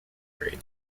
grade